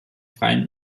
freien